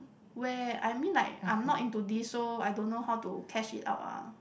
where I mean like I am not into this so I don't know how to test it out uh